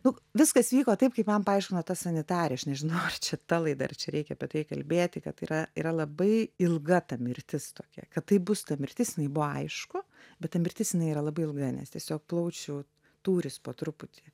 nu viskas vyko taip kaip man paaiškino ta sanitarė aš nežinau ar čia ta laida ar čia reikia apie tai kalbėti kad yra yra labai ilga ta mirtis tokia kad taip bus ta mirtis jinai buvo aišku bet ta mirtis jinai yra labai ilgai nes tiesiog plaučių tūris po truputį